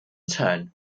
turn